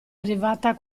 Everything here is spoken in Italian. arrivata